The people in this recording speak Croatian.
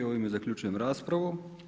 I ovime zaključujem raspravu.